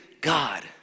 God